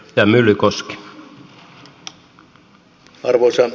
arvoisa herra puhemies